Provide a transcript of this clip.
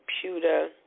computer